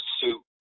suit